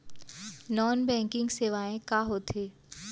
Non banking सेवाएं का होथे?